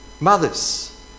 Mothers